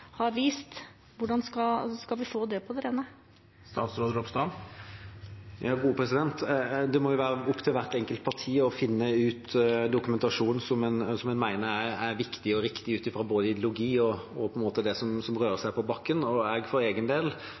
har vist? Hvordan skal vi få det på det rene? Det må jo være opp til hvert enkelt parti å finne dokumentasjon som en mener er viktig og riktig ut fra både ideologi og det som rører seg på bakken. Jeg for min del